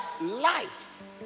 life